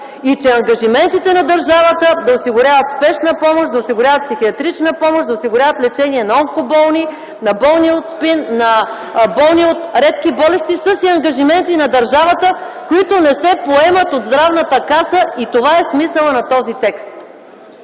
и ангажиментите на държавата да осигурява спешна помощ, да осигурява психиатрична помощ (реплики от ГЕРБ), да осигурява лечение на онкоболни, на болни от СПИН, на болни от редки болести, са си ангажименти на държавата, които не се поемат от Здравната каса. Това е смисълът на този текст.